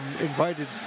invited